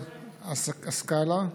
עסאקלה,